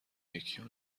یکیو